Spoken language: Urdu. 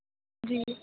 جی